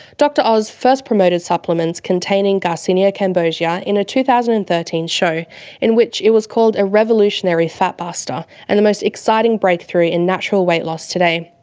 dr oz first promoted supplements containing garcinia cambogia in a two thousand and thirteen show in which it was called a revolutionary fat buster and the most exciting breakthrough in natural weight loss today.